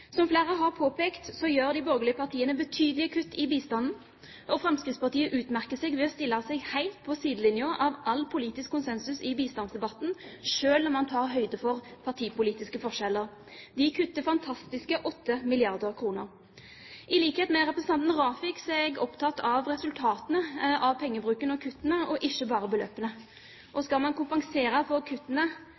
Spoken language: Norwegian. Som flere har påpekt, gjør de borgerlige partiene betydelige kutt i bistanden, og Fremskrittspartiet utmerker seg med å stille seg helt på sidelinjen av all politisk konsensus i bistandsdebatten, selv om man tar høyde for partipolitiske forskjeller. De kutter fantastiske 8 mrd. kr. I likhet med representanten Rafiq er jeg opptatt av resultatene av pengebruken og kuttene, og ikke bare beløpene. Skal man kompensere for kuttene